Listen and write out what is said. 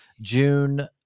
June